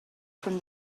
from